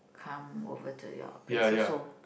come over to your place also